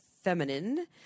feminine